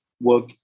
work